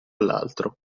all’altro